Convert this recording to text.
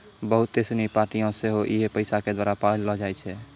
बहुते सिनी पार्टियां सेहो इहे पैसा के द्वारा पाललो जाय छै